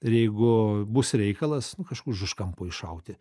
ir jeigu bus reikalas nu kažkur iš už kampo iššauti